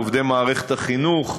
לעובדי מערכת החינוך,